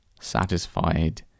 satisfied